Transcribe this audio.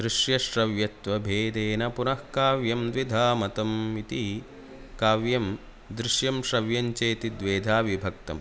दृश्यश्रव्यत्वभेदेन पुनः काव्यं द्विधा मतम् इति काव्यं दृश्यं श्रव्यं चेति द्वेधा विभक्तम्